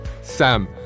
SAM